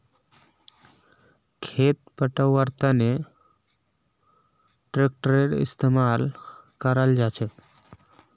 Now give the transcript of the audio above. खेत पैटव्वार तनों ट्रेक्टरेर इस्तेमाल कराल जाछेक